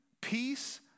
peace